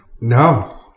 No